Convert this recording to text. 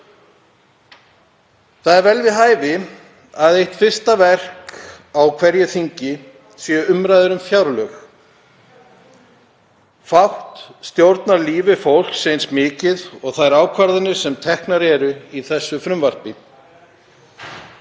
Það er vel við hæfi að eitt fyrsta verk á hverju þingi séu umræður um fjárlög. Fátt stjórnar lífi fólks eins mikið og þær ákvarðanir sem teknar eru í því frumvarpi.